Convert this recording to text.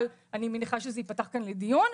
אבל אני מניחה שזה ייפתח כאן לדיון.